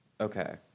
Okay